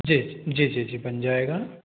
जी जी जी बन जाएगा